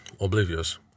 Oblivious